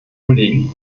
kollegen